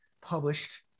published